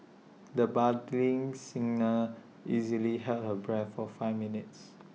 the budding singer easily held her breath for five minutes